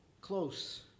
close